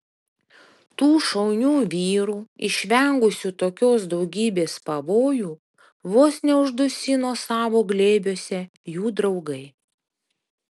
tų šaunių vyrų išvengusių tokios daugybės pavojų vos neuždusino savo glėbiuose jų draugai